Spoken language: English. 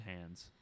hands